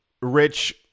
rich